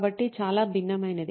కాబట్టి చాలా భిన్నమైనది